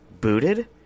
booted